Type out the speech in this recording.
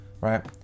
right